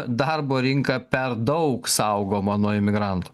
darbo rinka per daug saugoma nuo imigrantų